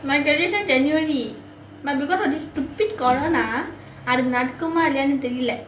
my graduation january but because of this stupid corona அது நடக்குமா இல்லையான்னு தெரியில்லை:athu nadakkumaa ilaiyaannu theriyillai